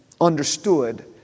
understood